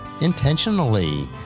intentionally